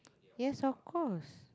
yes of course